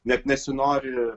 net nesinori